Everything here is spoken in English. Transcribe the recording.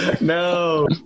No